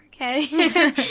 Okay